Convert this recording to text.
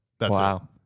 Wow